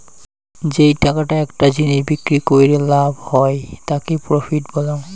যেই টাকাটা একটা জিনিস বিক্রি কইরে লাভ হই তাকি প্রফিট বলাঙ্গ